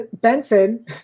Benson